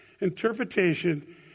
interpretation